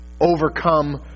overcome